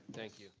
thank you.